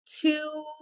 two